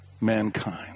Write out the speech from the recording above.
mankind